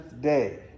day